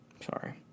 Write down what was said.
Sorry